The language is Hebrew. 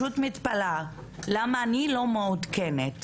לא מעודכנת